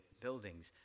buildings